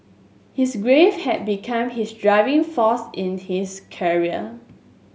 his grief had become his driving force in his career